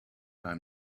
i’m